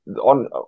On